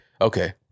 Okay